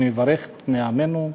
אני מברך את בני עמנו.